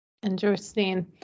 Interesting